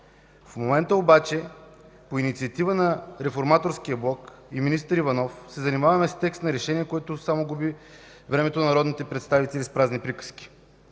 В момента обаче по инициатива на Реформаторския блок и на министър Иванов се занимаваме с текст на решение, което само губи времето на народните представители в празни приказки.